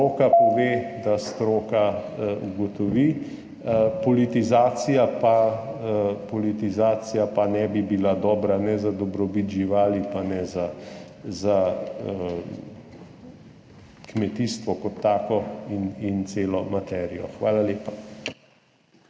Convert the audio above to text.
stroka pove, da stroka ugotovi. Politizacija pa ne bi bila dobra ne za dobrobit živali pa ne za kmetijstvo kot tako in celo materijo. Hvala lepa.